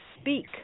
speak